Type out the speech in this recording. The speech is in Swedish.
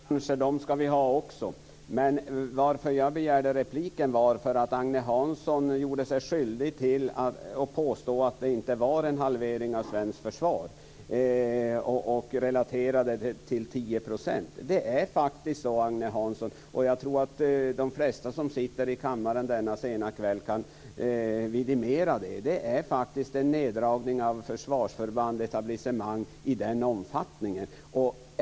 Fru talman! Det är inget fel på framtidsbranscher. Vi ska ha sådana också. Anledningen till att jag begärde repliken var att Agne Hansson gjorde sig skyldig till påståendet att det inte är fråga om en halvering av svenskt försvar utan angav neddragningen till 10 %. Det är faktiskt så här, Agne Hansson, och jag tror att de flesta som sitter här i kammaren denna sena kväll kan vidimera det. Det är faktiskt en neddragning av försvarsförband och etablissemang i den omfattningen.